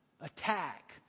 attack